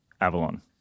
Avalon